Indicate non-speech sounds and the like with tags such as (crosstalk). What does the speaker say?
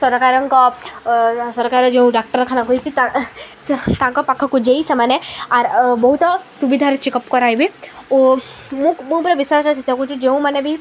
ସରକାରଙ୍କ ସରକାର ଯେଉଁ ଡାକ୍ତରଖାନା ଖୋଲିଛି ତାଙ୍କ ପାଖକୁ ଯାଇ ସେମାନେ (unintelligible) ବହୁତ ସୁବିଧାରେ ଚେକ୍ଅପ୍ କରାଇବେ ଓ ମୁଁ ମୁଁ ଉପରେ ବିଶ୍ୱାସର ସହିତ କହୁଛି ଯେଉଁମାନେ ବି